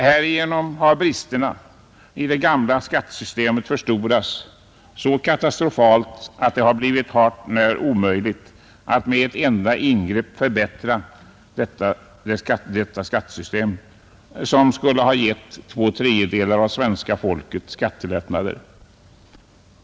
Härigenom har bristerna i det gamla skattesystemet förstorats så katastrofalt att det har blivit hart när omöjligt att med ett enda ingrepp förbättra det skattesystem som skulle ha gett två tredjedelar av svenska folket skattelättnader.